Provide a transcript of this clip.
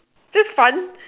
this fun